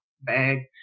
bag